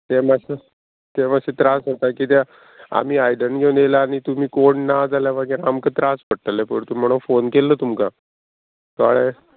ते मातशें ते मातशें त्रास जाता कित्याक आमी आयदन घेवन येयला आनी तुमी कोण ना जाल्यार मागीर आमकां त्रास पडटले परतून म्हुणो फोन केल्लो तुमकां कळ्ळें